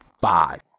five